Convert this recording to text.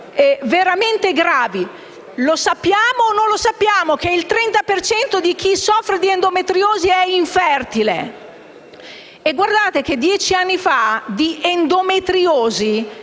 veramente gravi. Lo sappiamo o meno che il 30 per cento di chi soffre di endometriosi è infertile? E guardate che dieci anni fa di endometriosi